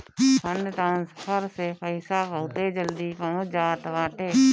fund transfer से पईसा बहुते जल्दी पहुंच जात बाटे